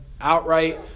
outright